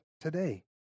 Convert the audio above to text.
today